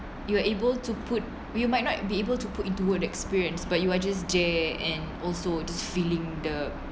you were able to put we might not be able to put into word experience but you were just there and also to feeling the